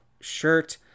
shirt